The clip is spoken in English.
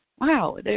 wow